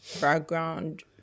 background